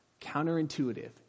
counterintuitive